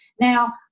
Now